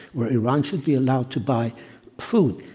where iran should be allowed to buy food.